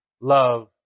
love